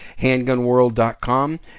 handgunworld.com